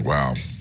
Wow